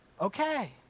okay